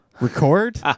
record